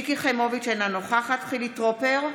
אינו נוכח מיקי חיימוביץ' אינה נוכחת חילי טרופר,